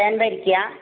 തേൻ വരിക്കയാണോ